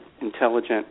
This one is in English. intelligent